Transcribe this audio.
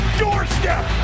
doorstep